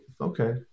okay